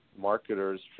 marketers